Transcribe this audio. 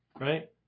right